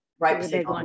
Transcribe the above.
right